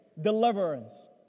deliverance